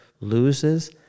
loses